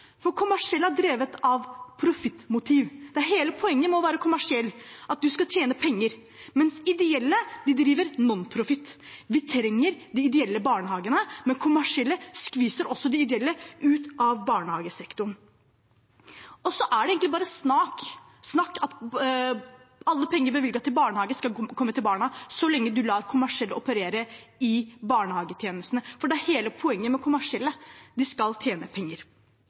for de kommersielle er drevet av profittmotiv. Det er hele poenget med å være kommersiell, at man skal tjene penger, mens ideelle driver nonprofit. Vi trenger de ideelle barnehagene, men kommersielle skviser også de ideelle ut av barnehagesektoren. Det er egentlig bare snakk at alle penger bevilget til barnehage skal komme barna til gode så lenge man lar kommersielle operere i barnehagetjenestene, for det er hele poenget med kommersielle: De skal tjene penger.